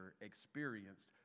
experienced